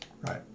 right